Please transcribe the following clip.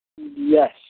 Yes